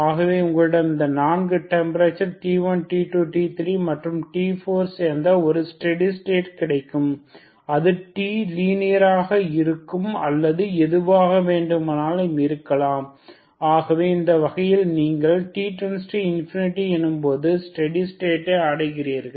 ஆகவே உங்களிடம் இந்த நான்கு டெம்பரேச்சர் T1 T2 T3 மற்றும் T4சேர்ந்த ஒரு ஸ்டெடி ஸ்டேட் கிடைக்கும் அது t லீனியராக இருக்கும் அல்லது எதுவாக வேண்டுமானாலும் இருக்கலாம் ஆகவே இந்த வகையில் நீங்கள் t→∞ எனும்போது ஸ்டெடி ஸ்டேட்டை அடைகிறீர்கள்